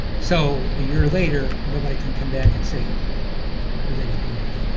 so, a year later nobody can come back and say, they didn't.